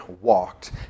walked